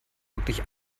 wirklich